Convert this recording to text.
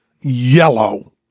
yellow